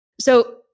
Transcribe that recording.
So-